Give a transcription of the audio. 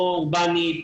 לא אורבנית,